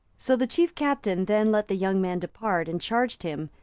so the chief captain then let the young man depart, and charged him,